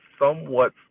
somewhat